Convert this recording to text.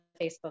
Facebook